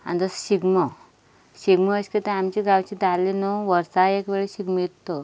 आनी जो शिगमो शिगमो अशें तो आमचो गांवचो धालो न्हय वर्साक एक वेळ शिगमो उरता तो